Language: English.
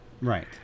Right